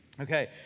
Okay